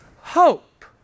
hope